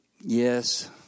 yes